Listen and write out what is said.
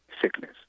sickness